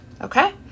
okay